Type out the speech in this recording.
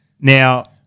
Now